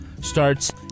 starts